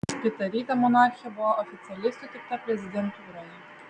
kitą rytą monarchė buvo oficialiai sutikta prezidentūroje